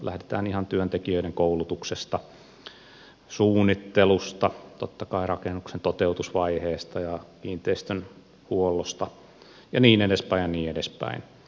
lähdetään ihan työntekijöiden koulutuksesta suunnittelusta totta kai rakennuksen toteutusvaiheesta ja kiinteistön huollosta ja niin edespäin ja niin edespäin